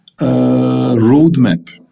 roadmap